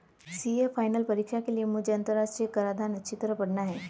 CA final परीक्षा के लिए मुझे अंतरराष्ट्रीय कराधान अच्छी तरह पड़ना है